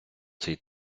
цей